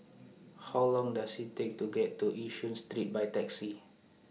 How Long Does IT Take to get to Yishun Street By Taxi